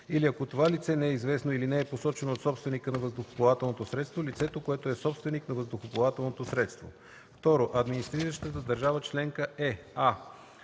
или ако това лице не е известно или не е посочено от собственика на въздухоплавателното средство – лицето, което е собственик на въздухоплавателното средство. 2. „Администрираща държава членка”